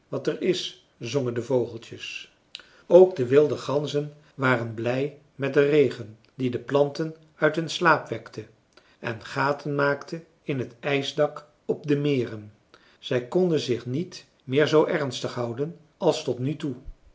wat er is zongen de vogeltjes ook de wilde ganzen waren blij met den regen die de planten uit hun slaap wekte en gaten maakten in het ijsdak op de meren zij konden zich niet meer zoo ernstig houden als tot nu toe